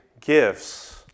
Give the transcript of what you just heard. gifts